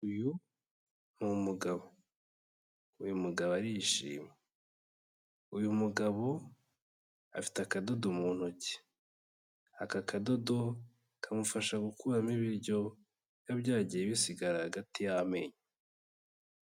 Uyu ni umugabo, uyu mugabo arishimye, uyu mugabo afite akadodo mu ntoki, aka kadodo kamufasha gukuramo ibiryo, biba byagiye bisigara hagati y'amenyo.